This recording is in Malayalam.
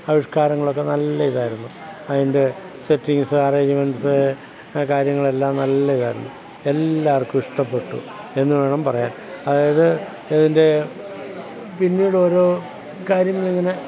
ആവിഷ്കാരങ്ങളൊക്കെ നല്ല ഇതായിരുന്നു അതിൻ്റെ സെറ്റിംഗ്സ് അറേഞ്ച്മെൻറ്സ് കാര്യങ്ങളെല്ലാം നല്ല ഇതായിരുന്നു എല്ലാവർക്കും ഇഷ്ടപ്പെട്ടു എന്ന് വേണം പറയാൻ അതായത് അതിൻ്റെ പിന്നീട് ഓരോ കാര്യങ്ങൾ ഇങ്ങനെ